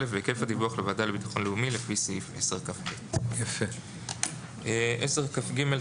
והיקף הדיווח לוועדה לביטחון לאומי לפי סעיף 10כב. לסעיף 10כג,